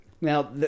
Now